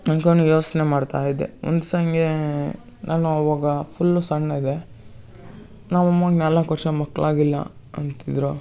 ಅಂದ್ಕೊಂಡು ಯೋಚ್ನೆ ಮಾಡ್ತಾ ಇದ್ದೆ ಒಂದು ದಿವ್ಸ ಹಾಗೇ ನಾನು ಅವಾಗ ಫುಲ್ಲು ಸಣ್ಣ ಇದ್ದೆ ನಮ್ಮ ಅಮ್ಮಂಗೆ ನಾಲ್ಕು ವರ್ಷ ಮಕ್ಳು ಆಗಿಲ್ಲ ಅಂತಿದ್ದರು